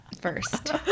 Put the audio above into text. first